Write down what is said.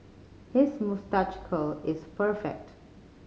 his moustache curl is perfect